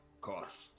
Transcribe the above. Cost